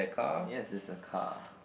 yes there's a car